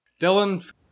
Dylan